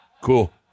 Cool